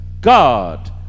God